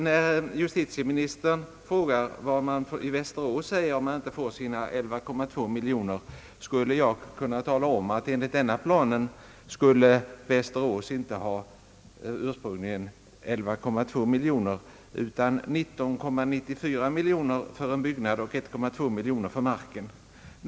När justitieministern frågar vad man säger i Västerås om man inte får sina 11,2 miljoner, så skulle jag kunna tala om att Västerås enligt denna plan ursprungligen inte skulle ha fått 11,2 miljoner utan 19,94 miljoner för byggnader och 1,2 miljon för marken.